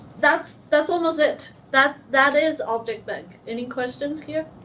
that's that's almost it. that that is ah objectbank. any questions here?